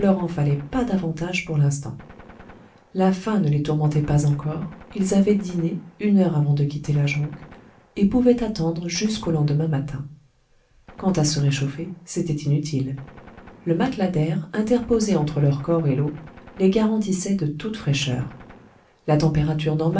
en fallait pas davantage pour l'instant la faim ne les tourmentait pas encore ils avaient dîné une heure avant de quitter la jonque et pouvaient attendre jusqu'au lendemain matin quant à se réchauffer c'était inutile le matelas d'air interposé entre leur corps et l'eau les garantissait de toute fraîcheur la température